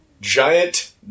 giant